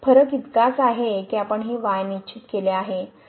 फरक इतकाच आहे की आपण हे y निश्चित केले आहे